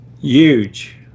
huge